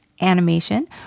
animation